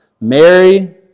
Mary